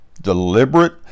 deliberate